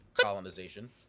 colonization